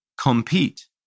Compete